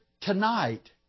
Tonight